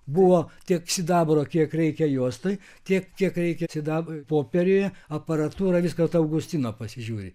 buvo tiek sidabro kiek reikia juostai tiek kiek reikia sidabro popieriuje aparatūra viską vat augustiną pasižiūri